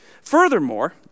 Furthermore